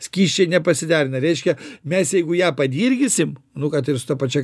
skysčiai nepasiderina reiškia mes jeigu ją padirgysim nu kad ir su ta pačia